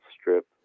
strip